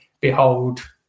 behold